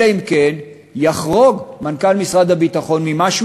אלא אם כן יחרוג מנכ"ל משרד הביטחון ממה שהוא